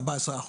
14%,